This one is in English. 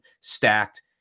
stacked